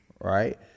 Right